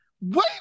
wait